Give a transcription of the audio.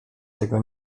tego